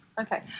Okay